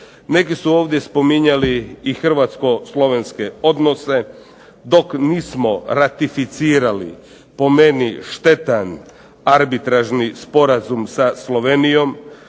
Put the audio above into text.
Neki su ovdje spominjali i Hrvatsko-Slovenske odnose, dok nismo ratificirali po meni štetan arbitražni sporazum sa Slovenijom,